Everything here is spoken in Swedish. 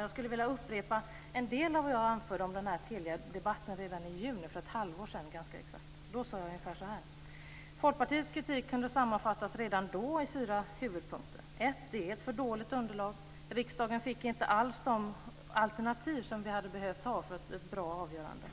Jag skulle vilja upprepa en del av vad jag anförde i Telia-debatten redan i juni, ganska exakt för ett halvår sedan. Då sade jag ungefär så här. Folkpartiets kritik kunde redan då sammanfattas i fyra huvudpunkter. 1. Det är ett för dåligt underlag. Riksdagen fick inte alls de alternativ som man hade behövt för ett bra avgörande.